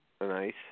nice